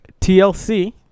TLC